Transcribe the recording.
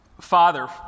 Father